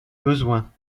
besoins